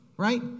Right